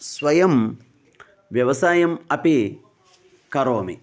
स्वयं व्यवसायम् अपि करोमि